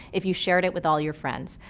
if you shared it with all your friends.